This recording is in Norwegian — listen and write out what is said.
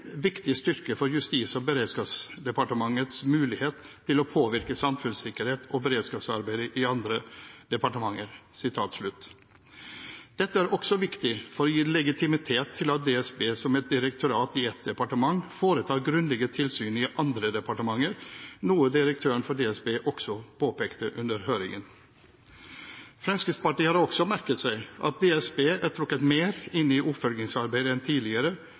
viktig styrke for Justis- og beredskapsdepartementets mulighet til å påvirke samfunnssikkerhets- og beredskapsarbeidet i andre departementer.» Dette er også viktig for å gi legitimitet til at DSB som et direktorat i et departement foretar grundige tilsyn i andre departementer, noe direktøren for DSB også påpekte under høringen. Fremskrittspartiet har også merket seg at DSB er trukket mer inn i oppfølgingsarbeidet enn tidligere,